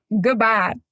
Goodbye